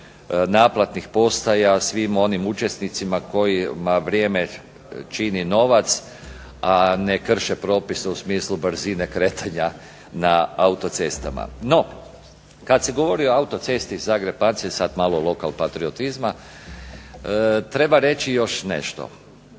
naplatnih postaja svim onim učesnicima kojima vrijeme čini novac, a ne krše propise u smislu brzine kretanja na autocestama. No kad se govori o autocesti Zagreb-Macelj, sad malo lokal patriotizma, treba reći još nešto.